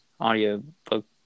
audiobook